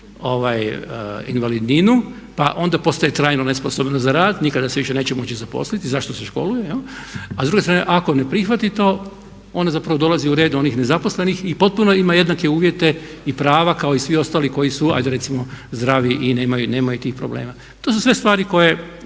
invalidninu pa onda postaje trajno nesposobna za rad, nikada se više neće moći zaposliti i zašto se školuje, a s druge strane ako ne prihvati to ona zapravo dolazi u red onih nezaposlenih i potpuno ima jednake uvjete i prava kao i svi ostali koji su ajde recimo zdravi i nemaju tih problema. To su sve stvari koje